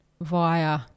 via